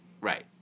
Right